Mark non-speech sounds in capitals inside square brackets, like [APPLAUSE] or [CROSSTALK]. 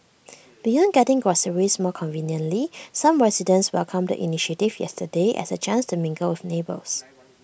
[NOISE] beyond getting groceries more conveniently some residents welcomed the initiative yesterday as A chance to mingle with neighbours [NOISE]